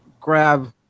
grab